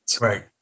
Right